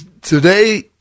Today